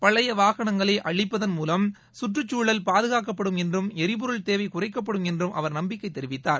பழைய வாகனங்களை அழிப்பதன் மூலம் சுற்றுச்சூழல் பாதுகாக்கப்படும் என்றும் எரிபொருள் தேவை குறைக்கப்படும் என்றும் அவர் நம்பிக்கை தெரிவித்தார்